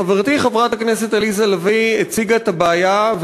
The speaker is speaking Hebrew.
חברתי חברת הכנסת עליזה לביא הציגה את הבעיה,